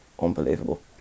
unbelievable